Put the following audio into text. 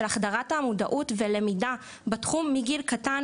החדרת המודעות ולמידה בתחום מגיל קטן,